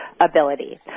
ability